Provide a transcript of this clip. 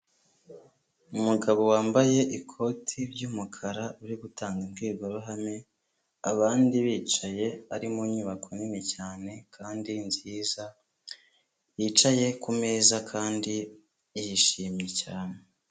Umugabo wambaye ikoti ry'umukara, uri gutanga imbwirwaruhame, abandi bicaye, bari mu nyubako nini cyane kandi nziza, yicaye ku meza kandi yishimye cyane.